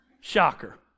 Shocker